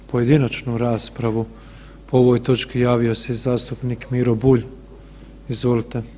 Za pojedinačnu raspravu o ovoj točki javio se i zastupnik Miro Bulj, izvolite.